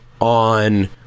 on